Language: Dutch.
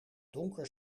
donker